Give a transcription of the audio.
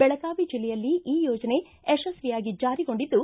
ಬೆಳಗಾವಿ ಜಿಲ್ಲೆಯಲ್ಲಿ ಈ ಯೋಜನೆ ಯಶಸ್ವಿಯಾಗಿ ಜಾರಿಗೊಂಡಿದ್ದು